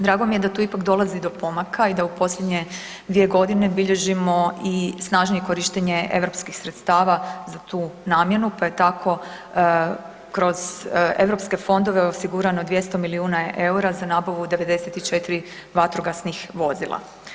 Drago mi je da tu ipak dolazi do pomaka i da u posljednje dvije godine bilježimo i snažnije korištenje europskih sredstava za tu namjenu pa je tako kroz europske fondove osigurano 200 milijuna eura za nabavu 94 vatrogasnih vozila.